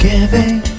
Giving